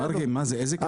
לכו למרכזי הגיל הרך,